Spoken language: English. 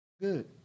good